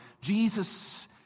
Jesus